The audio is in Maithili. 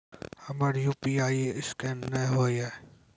हमर यु.पी.आई ईसकेन नेय हो या?